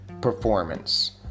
performance